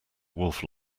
wolf